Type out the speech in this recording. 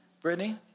Brittany